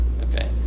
Okay